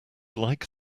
like